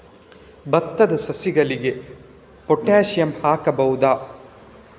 ಭತ್ತದ ಸಸಿಗಳಿಗೆ ಪೊಟ್ಯಾಸಿಯಂ ಹಾಕಬಹುದಾ?